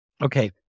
Okay